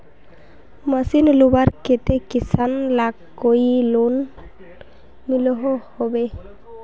Machine लुबार केते किसान लाक कोई लोन मिलोहो होबे?